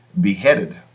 beheaded